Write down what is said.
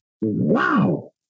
wow